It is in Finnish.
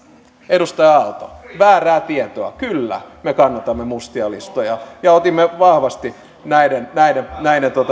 edustaja aalto väärää tietoa kyllä me kannatamme mustia listoja ja otimme vahvasti näiden näiden